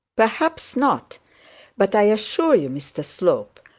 perhaps not but i assure you, mr slope,